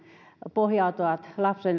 pohjautuvat